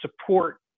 support